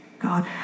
God